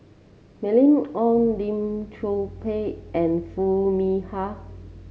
Mylene Ong Lim Chor Pee and Foo Mee Har